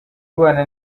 ubana